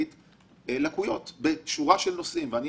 זה